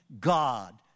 God